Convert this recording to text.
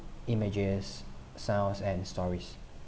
images sounds and stories